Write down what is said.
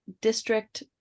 district